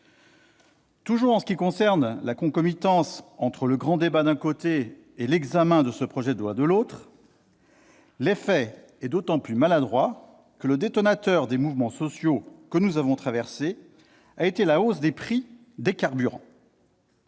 Toujours en ce qui concerne la concomitance entre le grand débat d'un côté et l'examen de ce projet de loi de l'autre, l'effet est d'autant plus maladroit que le détonateur des mouvements sociaux que nous avons traversés a été la hausse des prix des carburants.